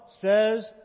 says